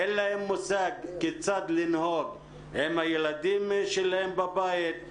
אין להם מושג כיצד לנהוג עם הילדים שלהם בבית.